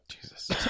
Jesus